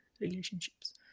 Relationships